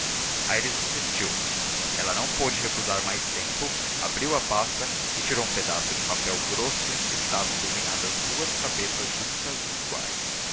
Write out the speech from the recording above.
pena aires insistiu ela não pôde recusar mais tempo abriu a pasta e tirou um pedaço de papel grosso em que estavam desenhadas duas cabeças juntas e iguais